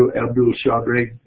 ah abdul chaudhry.